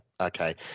okay